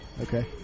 Okay